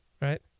right